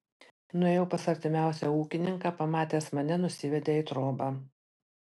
nuėjau pas artimiausią ūkininką pamatęs mane nusivedė į trobą